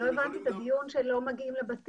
לא הבנתי את הדיון על כך שלא מגיעים לבתים.